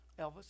Elvis